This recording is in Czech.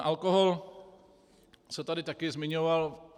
Alkohol se tady taky zmiňoval.